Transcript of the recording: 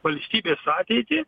valstybės ateitį